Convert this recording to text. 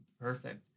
Perfect